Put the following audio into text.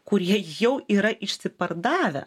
kurie jau yra išsipardavę